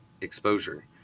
Exposure